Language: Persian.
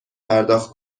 پرداخت